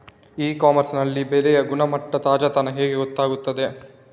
E commerce ನಲ್ಲಿ ಬೆಳೆಯ ಗುಣಮಟ್ಟ, ತಾಜಾತನ ಹೇಗೆ ಗೊತ್ತಾಗುತ್ತದೆ?